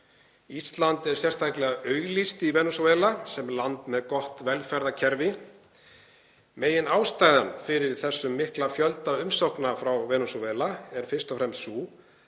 Ísland er sérstaklega auglýst í Venesúela sem land með gott velferðarkerfi. Meginástæðan fyrir þessum mikla fjölda umsókna frá Venesúela er sú að við